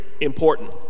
important